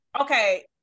okay